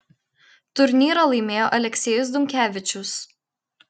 turnyrą laimėjo aleksejus dunkevičius